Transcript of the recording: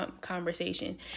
conversation